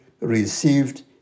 received